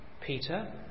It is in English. Peter